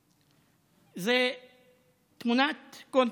הפושעים, החוליגנים.) זו תמונת קונטרסט,